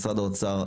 משרד האוצר,